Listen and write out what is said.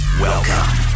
Welcome